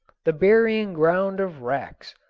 the burying-ground of wrecks!